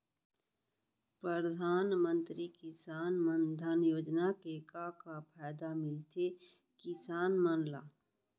परधानमंतरी किसान मन धन योजना के का का फायदा मिलथे किसान मन ला?